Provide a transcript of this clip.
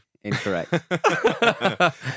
Incorrect